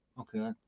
okay